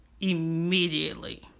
immediately